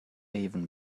even